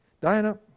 diana